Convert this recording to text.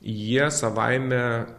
jie savaime